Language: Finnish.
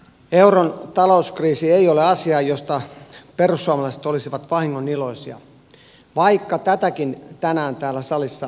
euron talouskriisi ei ole asia josta perussuomalaiset olisivat vahingoniloisia vaikka tätäkin tänään täällä salissa on tarjottu